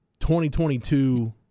2022